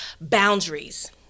boundaries